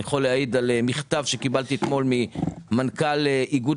אני יכול להעיד על מכתב שקיבלתי אתמול ממנכ"ל איגוד